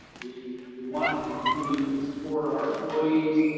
we we want to continue to support our employees,